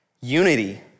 unity